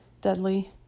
deadly